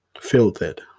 filtered